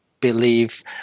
believe